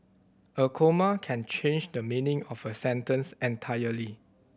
a comma can change the meaning of a sentence entirely